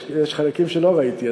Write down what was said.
יש חלקים שלא ראיתי,